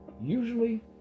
usually